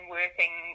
working